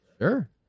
Sure